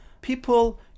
People